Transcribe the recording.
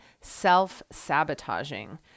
self-sabotaging